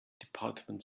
department